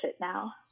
now